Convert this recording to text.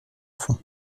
fond